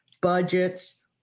budgets